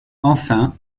enfin